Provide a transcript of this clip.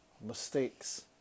Mistakes